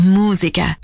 musica